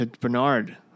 Bernard